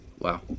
Wow